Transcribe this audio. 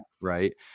right